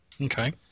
Okay